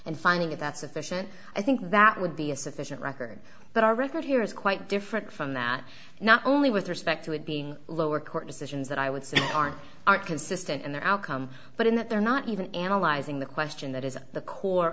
and finding that that's sufficient i think that would be a sufficient record but our record here is quite different from that not only with respect to it being lower court decisions that i would say are are consistent in their outcome but in that they're not even analyzing the question that is the core